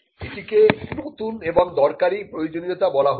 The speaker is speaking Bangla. এটিকে নতুন এবং দরকারি প্রয়োজনীয়তা বলা হত